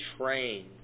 trained